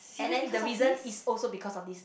and then the reason is also because of this